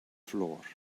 floor